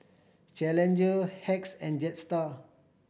Challenger Hacks and Jetstar